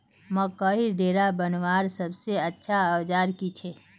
मकईर डेरा बनवार सबसे अच्छा औजार की छे?